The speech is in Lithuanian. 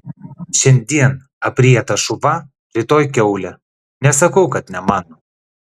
šiandien aprietas šuva rytoj kiaulė nesakau kad ne mano